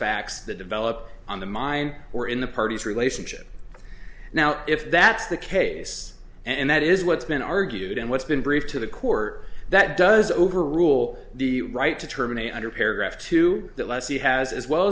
facts that develop on the mind or in the party's relationship now if that's the case and that is what's been argued and what's been briefed to the court that does overrule the right to terminate under paragraph two that lessee has as well